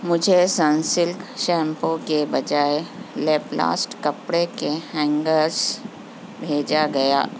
مجھے سنسلک شیمپو کے بجائے لیپلاسٹ کپڑے کے ہینگرس بھیجا گیا